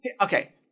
okay